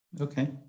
Okay